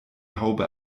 haube